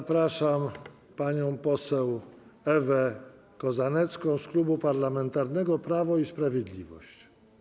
Zapraszam panią poseł Ewę Kozanecką z Klubu Parlamentarnego Prawo i Sprawiedliwość.